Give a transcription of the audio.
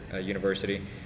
university